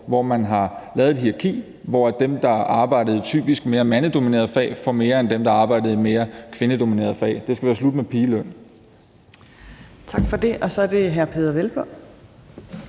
hvor man har lavet et hierarki, hvor dem, der arbejder i typisk mere mandsdominerede fag, får mere end dem, der arbejder i mere kvindedominerede fag. Det skal være slut med pigeløn. Kl. 15:06 Fjerde næstformand